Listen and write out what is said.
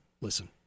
listen